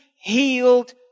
healed